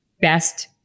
best